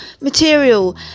material